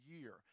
year